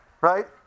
Right